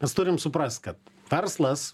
mes turim suprast kad verslas